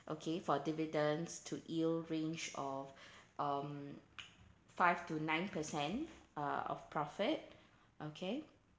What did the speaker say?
okay for dividends to yield range of um five to nine percent uh of profit okay